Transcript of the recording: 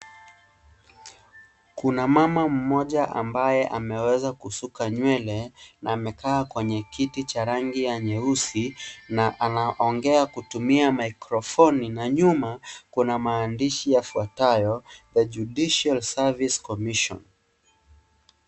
Kuna mama mmoja ambaye ameweza kusuka nywele na amekaa kwenye kiti cha rangi ya nyeusi na anaongea kutumia makrofoni. Na nyuma kuna maandishi yafuatayo " The Judicial service commission .